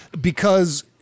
because-